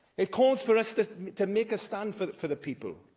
it calls for us to make a stand for for the people,